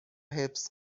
حفظ